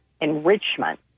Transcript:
enrichment